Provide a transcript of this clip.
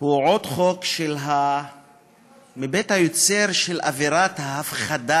הוא עוד חוק מבית-היוצר של אווירת ההפחדה,